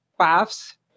paths